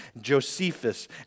Josephus